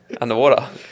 underwater